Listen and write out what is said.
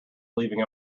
leaving